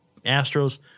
Astros